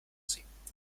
ziehen